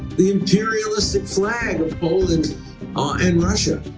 the imperialistic flag of poland ah and russia.